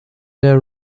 der